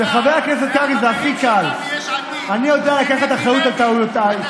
אתה שוכח כמה פעמים הגנתי עליך ועל החברים שלך מיש עתיד.